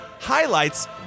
highlights